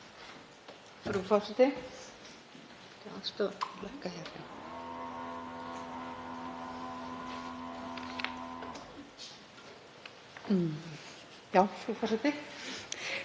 Einkavæðing fallins banka sem íslenskir skattgreiðendur endurreistu með ærnum tilkostnaði og fórnum er í fullum gangi.